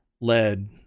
led